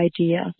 idea